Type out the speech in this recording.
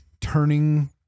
turning